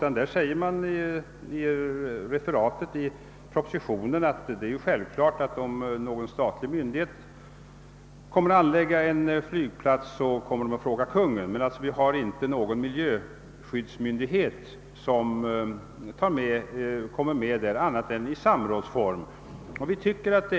I propositionen framhålles att det är självklart att om någon statlig myndighet vill anlägga en flygplats kommer Kungl. Maj:t att tillfrågas. Vi har emellertid inte någon miljöskyddsmyndighet som kommer med i bilden annat än i och för samråd.